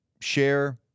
share